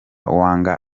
wanga